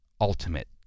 ultimate